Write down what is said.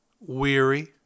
weary